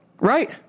right